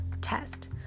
test